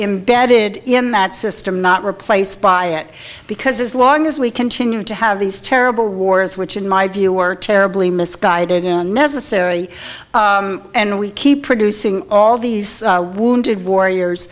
imbedded in that system not replace by it because as long as we continue to have these terrible wars which in my view are terribly misguided and necessary and we keep producing all these wounded warriors